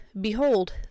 behold